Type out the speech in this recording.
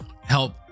help